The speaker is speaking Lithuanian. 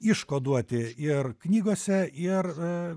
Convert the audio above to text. iškoduoti ir knygose ir